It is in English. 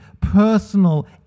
personal